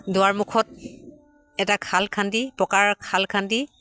দুৱাৰ মুখত এটা খাল খান্দি পকাৰ খাল খান্দি